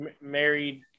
married